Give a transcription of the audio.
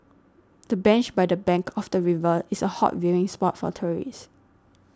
the bench by the bank of the river is a hot viewing spot for tourists